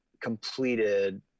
completed